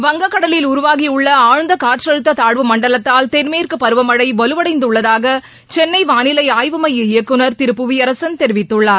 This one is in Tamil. வங்கக் கடலில் உருவாகியுள்ள ஆழ்ந்த காற்றழுத்த தாழ்வு மண்டலத்தால் தெள் மேற்கு பருவ மழை வலுவடையுள்ளதாக சென்னை வானிலை ஆய்வு மைய இயக்குநர் திரு புவியரசன் தெரிவித்துள்ளார்